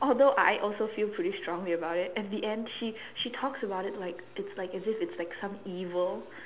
although I also feel pretty strong about it in the end she she talks about it like it's like it's this some evil